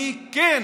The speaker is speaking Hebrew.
אני כן